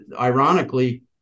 ironically